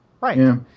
right